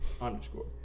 underscore